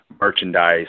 merchandise